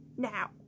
Now